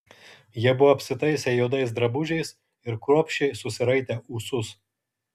jie buvo apsitaisę juodais drabužiais ir kruopščiai susiraitę ūsus